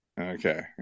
Okay